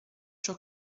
ciò